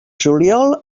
juliol